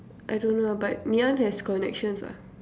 I don't know lah but Ngee-Ann has connections lah